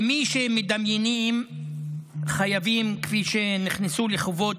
למי שמדמיינים חייבים כמי שנכנסו לחובות